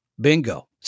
Bingo